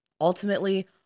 Ultimately